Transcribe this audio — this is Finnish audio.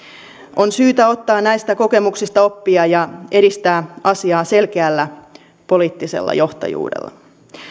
on syytä ottaa näistä kokemuksista oppia ja edistää asiaa selkeällä poliittisella johtajuudella